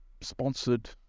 sponsored